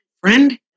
friend